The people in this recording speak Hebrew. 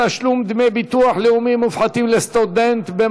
דמי ביטוח מופחתים לסטודנטים),